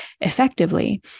effectively